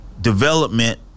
development